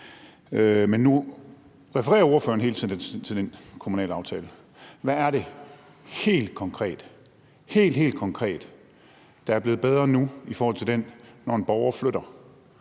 Men nu refererer ordføreren hele tiden til den kommunale aftale. Hvad er det helt, helt konkret, der er blevet bedre nu, når en borger med